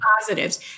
positives